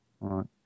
Right